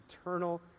eternal